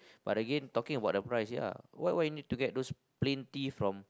but again talking about the price ya why why you need to get those plain T from